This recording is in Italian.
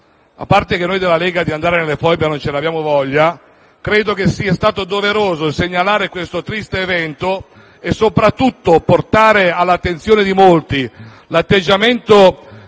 A parte che noi della Lega di andare nelle Foibe non ne abbiamo voglia, credo sia stato doveroso segnalare questo triste evento e, soprattutto, portare all'attenzione di molti l'atteggiamento